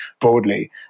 broadly